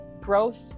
growth